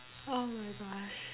oh my gosh